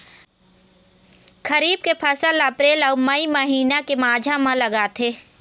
खरीफ के फसल ला अप्रैल अऊ मई महीना के माझा म लगाथे